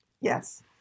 Yes